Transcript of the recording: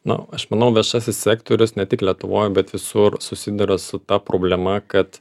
na aš manau viešasis sektorius ne tik lietuvoj bet visur susiduria su ta problema kad